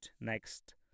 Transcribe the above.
next